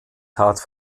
tat